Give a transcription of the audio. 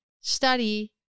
study